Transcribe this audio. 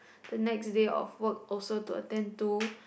the next day of work also to attend to